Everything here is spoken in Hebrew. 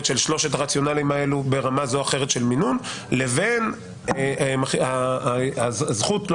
של שלושת הרציונלים האלה ברמה זו או אחרת של מינון לבין הזכות לא